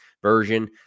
Version